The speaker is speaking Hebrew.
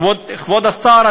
כבוד השר,